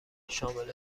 شامل